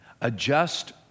Adjust